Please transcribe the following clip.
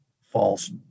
false